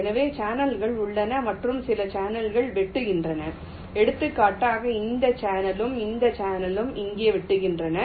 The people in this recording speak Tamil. எனவே சேனல்கள் உள்ளன மற்றும் சில சேனல்கள் வெட்டுகின்றன எடுத்துக்காட்டாக இந்த சேனலும் இந்த சேனலும் இங்கே வெட்டுகின்றன